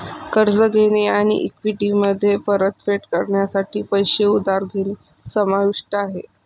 कर्ज घेणे आणि इक्विटीमध्ये परतफेड करण्यासाठी पैसे उधार घेणे समाविष्ट आहे